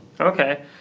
Okay